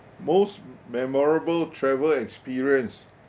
most memorable travel experience